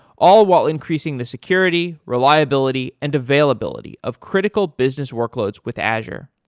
all while increasing the security, reliability and availability of critical business workloads with azure.